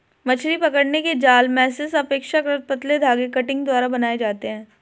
मछली पकड़ने के जाल मेशेस अपेक्षाकृत पतले धागे कंटिंग द्वारा बनाये जाते है